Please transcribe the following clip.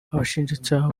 abashinjacyaha